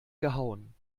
gehauen